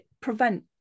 prevent